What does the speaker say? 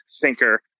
thinker